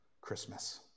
Christmas